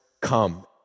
come